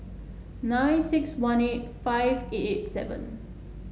nine six one eight five eight eight seven